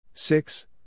Six